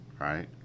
right